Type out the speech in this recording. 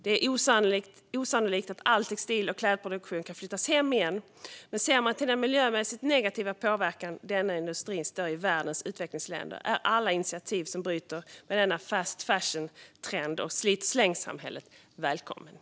Det är osannolikt att all textil och klädproduktion kan flyttas hem igen, men ser man till den miljömässigt negativa påverkan denna industri står för i världens utvecklingsländer är alla initiativ som bryter med denna fast fashion-trend och slit-och-släng-samhället välkomna.